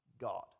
God